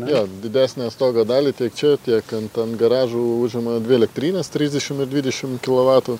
jo didesnę stogo dalį tiek čia tiek ant ant garažų užima dvi elektrinės trisdešim ir dvidešim kilovatų